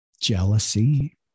jealousy